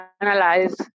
analyze